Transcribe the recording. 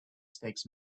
stakes